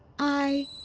i.